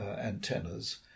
antennas